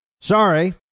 Sorry